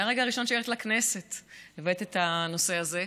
מהרגע הראשון שהגעת לכנסת הבאת את הנושא הזה,